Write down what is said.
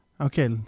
Okay